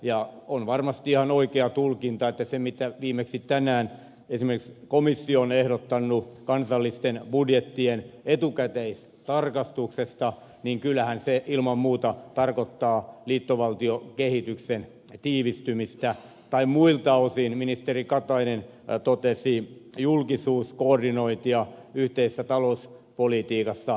ja on varmasti ihan oikea tulkinta että kyllähän se mitä viimeksi tänään esimerkiksi komissio on ehdottanut kansallisten budjettien etukäteistarkastuksesta ilman muuta tarkoittaa liittovaltiokehityksen tiivistymistä tai muilta osin ministeri katainen totesi julkisuuskoordinointia yhteisessä talouspolitiikassa